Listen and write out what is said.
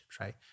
right